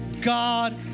God